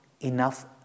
enough